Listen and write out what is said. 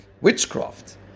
witchcraft